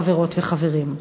חברות וחברים.